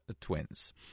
twins